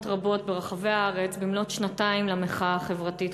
רבות ברחבי הארץ במלאות שנתיים למחאה החברתית-כלכלית.